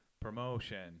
Promotion